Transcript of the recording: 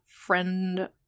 friend